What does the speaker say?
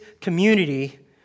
community